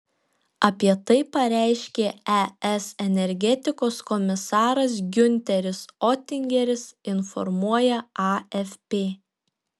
apie tai pareiškė es energetikos komisaras giunteris otingeris informuoja afp